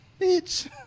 Bitch